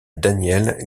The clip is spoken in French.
daniel